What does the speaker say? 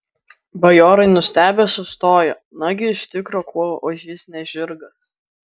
bajorai nustebę sustojo nagi iš tikro kuo ožys ne žirgas